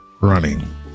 Running